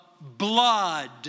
blood